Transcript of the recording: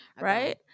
right